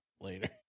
later